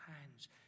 hands